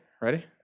Ready